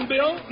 Bill